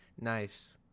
Nice